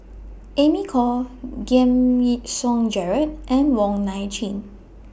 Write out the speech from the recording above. Amy Khor Giam Yean Song Gerald and Wong Nai Chin